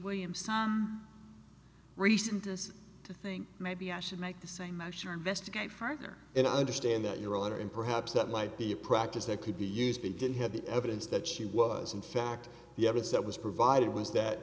williamson recent us to think maybe i should make the same measure investigate further and understand that your honor and perhaps that might be a practice that could be used and didn't have the evidence that she was in fact the evidence that was provided was that